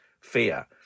fear